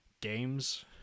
games